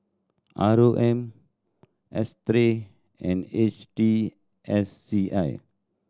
R O M S Three and H T S C I